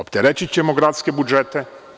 Opteretićemo gradske budžete.